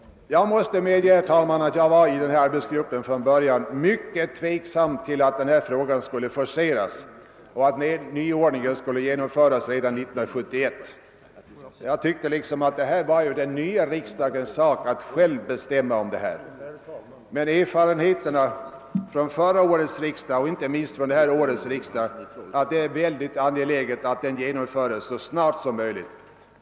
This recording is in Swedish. Jag var först mycket tveksam om denna fråga skulle forceras och nyordningen genomföras redan 1971. Jag ansåg detta var den nya riksdagens sak att själv bestämma om. Men erfarenheterna från förra årets riksdag och inte minst från detta års riksdag visar att det är mycket angeläget att denna "reform genomföres så snart som möjligt.